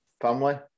family